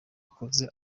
akoze